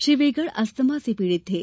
Shri Vegad asthma से पीड़ित थे